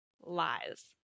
lies